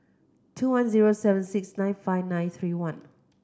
two one zero seven six nine five nine three one